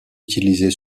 utilisée